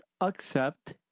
accept